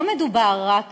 לא מדובר רק